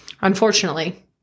unfortunately